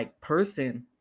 person